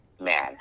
man